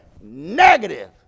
negative